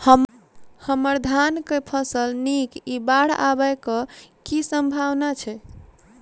हम्मर धान केँ फसल नीक इ बाढ़ आबै कऽ की सम्भावना छै?